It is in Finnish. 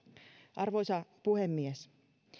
arvoisa puhemies